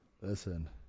Listen